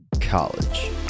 college